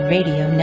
Radio